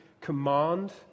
command